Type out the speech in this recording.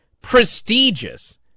prestigious